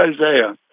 Isaiah